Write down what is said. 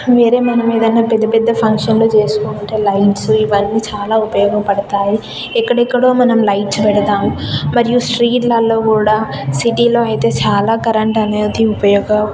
వేరే మనం ఏదైనా పెద్ద పెద్ద ఫంక్షన్లు చేసుకుంటే లైట్స్ ఇవన్నీ చాలా ఉపయోగపడతాయి ఎక్కడెక్కడో మనం లైట్స్ పెడతాము మరియు స్ట్రీట్లలో కూడా సిటీలో అయితే చాలా కరెంట్ అనేది ఉపయోగ